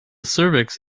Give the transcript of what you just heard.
cervix